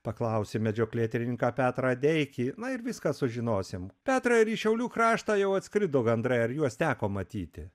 paklausim medžioklėtyrininką petrą adeikį na ir viską sužinosim petrai ar į šiaulių kraštą jau atskrido gandrai ar juos teko matyti